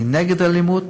אני נגד אלימות.